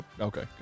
Okay